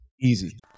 easy